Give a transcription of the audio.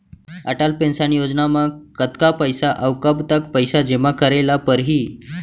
Atal pension योजना म कतका पइसा, अऊ कब तक पइसा जेमा करे ल परही?